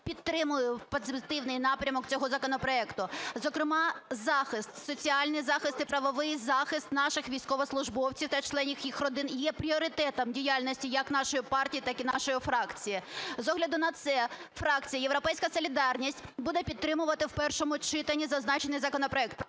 підтримую позитивний напрямок цього законопроекту. Зокрема захист, соціальних захист і правовий захист наших військовослужбовців та членів їх родин є пріоритетом діяльності як нашої партії, так і нашої фракції. З огляду на це фракція "Європейська солідарність" буде підтримувати в першому читанні зазначений законопроект.